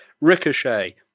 Ricochet